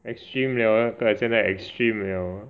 extreme liao 改现在 extreme liao